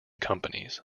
companies